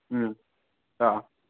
ꯎꯝ ꯑꯥ ꯑꯥ